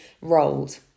rolled